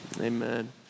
Amen